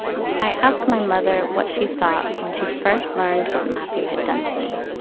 i ask my mother what she thought when she first learned what mathew had done to me.